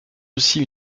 aussi